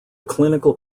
clinical